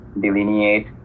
delineate